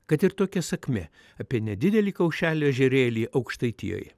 kad ir tokia sakmė apie nedidelį kaušelio ežerėlį aukštaitijoje